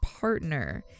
partner